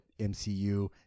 MCU